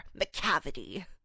McCavity